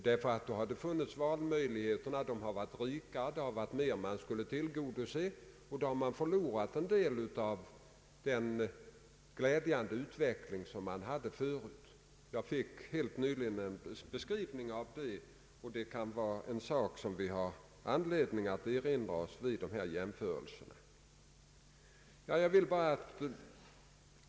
Det har blivit rikare valmöjligheter och flera krav att tillgodose, Man har förlorat en del av den glädjande utveckling som man tidigare hade i de nordliga fylkena. Jag fick helt nyligen en beskrivning av detta, och det kan vara något som vi bör erinra oss vid dessa jämförelser.